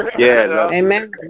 Amen